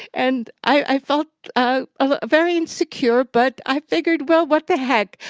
and i felt ah ah very insecure, but i figured, well, what the heck?